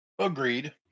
Agreed